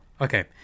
okay